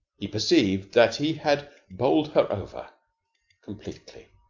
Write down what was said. he perceived that he had bowled her over completely.